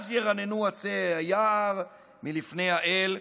אז ירננו עצי היער" מלפני האל,